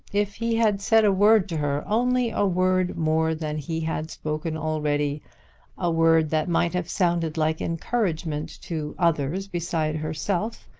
if he had said a word to her, only a word more than he had spoken already a word that might have sounded like encouragement to others beside herself,